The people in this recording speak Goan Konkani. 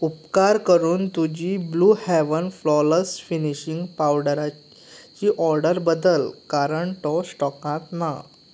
उपकार करून तुजी ब्लू हेव्हन फ्लॉलेस फिनिशिंग पावडराची ऑर्डर बदल कारण तो स्टॉकांत ना